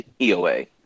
EOA